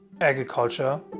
agriculture